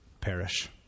perish